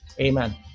Amen